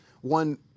one